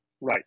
Right